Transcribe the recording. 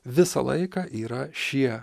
visą laiką yra šie